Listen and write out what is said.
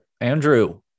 Andrew